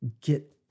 get